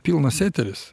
pilnas eteris